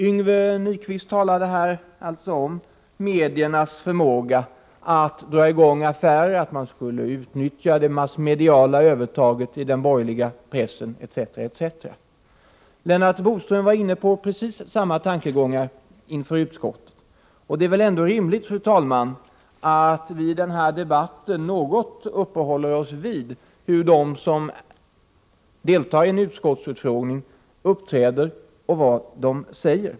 Yngve Nyquist talade om mediernas förmåga att dra i gång affärer och utnyttja det borgerliga pressövertaget, etc. Lennart Bodström var inne på precis samma tankegångar i utskottet. Det är väl, fru talman, ändå rimligt att vi i denna debatt något uppehåller oss vid hur de som deltar i en utskottsutfrågning uppträder och vad de säger.